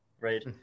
right